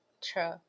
True